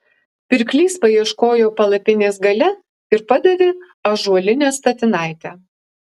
pirklys paieškojo palapinės gale ir padavė ąžuolinę statinaitę